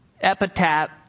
epitaph